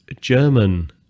german